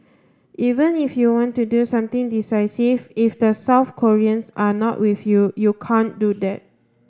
even if you want to do something decisive if the South Koreans are not with you you can't do that